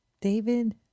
David